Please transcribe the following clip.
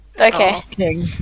Okay